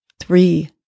three